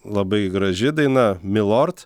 labai graži daina milord